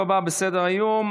בעד, 23, שני מתנגדים.